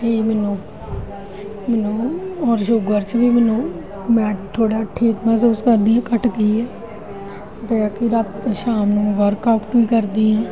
ਕਿ ਮੈਨੂੰ ਔਰ ਸ਼ੂਗਰ 'ਚ ਵੀ ਮੈਨੂੰ ਮੈਂ ਥੋੜ੍ਹਾ ਠੀਕ ਮਹਿਸੂਸ ਕਰਦੀ ਹਾਂ ਘੱਟ ਗਈ ਆ ਦ ਸ਼ਾਮ ਨੂੰ ਮੈ ਵਰਕਆਉਟ ਵੀ ਕਰਦੀ ਹਾਂ